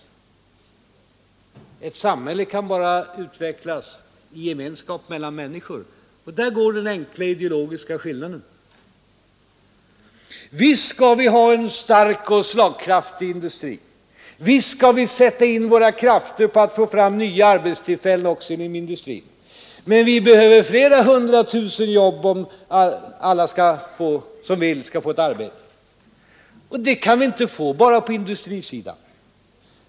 Ett samhälle kan bara utvecklas i gemenskap mellan människor. Där går den enkla ideologiska skillnaden. Visst skall vi ha en stark och slagkraftig industri. Visst skall vi sätta in våra krafter på att få fram nya arbetstillfällen även i industrin. Men vi behöver flera hundra tusen nya jobb om alla som vill det skall få ett arbete. Det kan vi inte klara enbart på industrisidan.